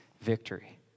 victory